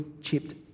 chipped